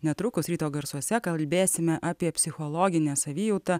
netrukus ryto garsuose kalbėsime apie psichologinę savijautą